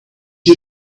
you